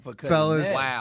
fellas